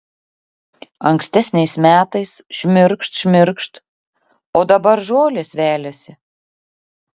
ankstesniais metais šmirkšt šmirkšt o dabar žolės veliasi